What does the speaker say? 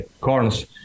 corns